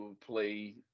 play